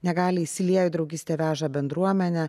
negalią įsiliejo į draugystė veža bendruomenę